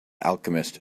alchemist